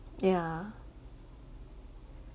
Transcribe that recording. yeah